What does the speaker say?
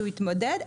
ושהוא יתמודד,